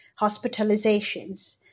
hospitalizations